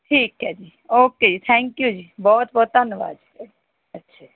ਠੀਕ ਹੈ ਓਕੇ ਜੀ ਥੈਂਕ ਯੂ ਜੀ ਬਹੁਤ ਬਹੁਤ ਧੰਨਵਾਦ ਜੀ ਅੱਛਾ ਜੀ